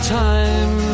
time